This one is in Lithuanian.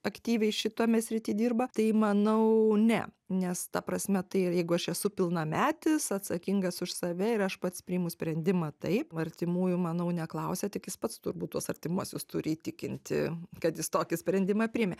aktyviai šitame srity dirba tai manau ne nes ta prasme tai ir jeigu aš esu pilnametis atsakingas už save ir aš pats priimu sprendimą taip artimųjų manau neklausia tik jis pats turbūt tuos artimuosius turi įtikinti kad jis tokį sprendimą priėmė